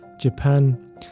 Japan